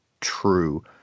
true